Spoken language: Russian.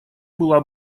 была